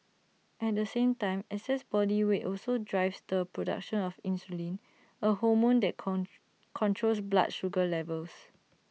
at the same time excess body weight also drives the production of insulin A hormone that come controls blood sugar levels